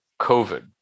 COVID